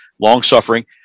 long-suffering